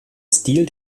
stil